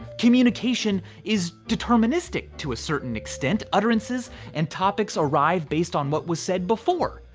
communication is deterministic to a certain extent. utterances and topics arrive based on what was said before.